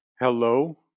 Hello